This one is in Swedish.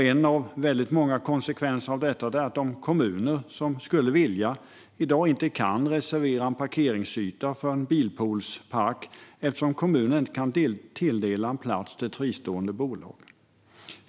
En av många konsekvenser av detta är att de kommuner som vill inte kan reservera en parkeringsyta för en bilpoolspark eftersom en kommun inte kan tilldela en plats till ett fristående bolag.